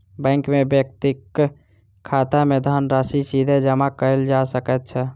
bank मे व्यक्तिक खाता मे धनराशि सीधे जमा कयल जा सकै छै